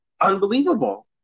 unbelievable